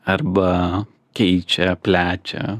arba keičia plečia